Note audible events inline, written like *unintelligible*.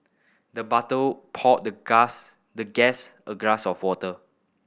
the *unintelligible* poured the *unintelligible* the guest a glass of water